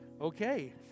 Okay